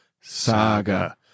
Saga